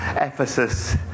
Ephesus